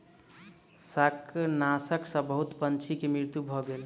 शाकनाशक सॅ बहुत पंछी के मृत्यु भ गेल